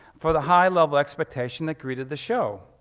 for the high level expectation that greeted the show.